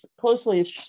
closely